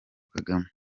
kagame